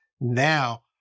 now